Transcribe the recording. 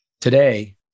today